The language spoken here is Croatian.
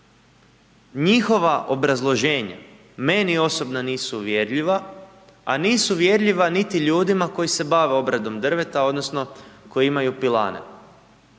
njihova obrazloženja meni osobno nisu uvjerljiva, a nisu uvjerljiva niti ljudima koji se bave obradom drveta odnosno koji imaju pilane.